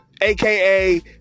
aka